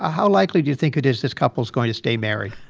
ah how likely do you think it is this couple's going to stay married?